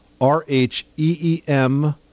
R-H-E-E-M